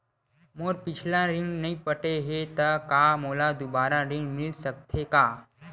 मोर पिछला ऋण नइ पटे हे त का मोला दुबारा ऋण मिल सकथे का?